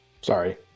Sorry